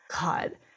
God